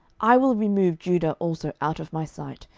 i will remove judah also out of my sight,